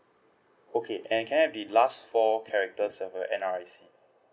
okay and can I have the last four characters of your N_R_I_C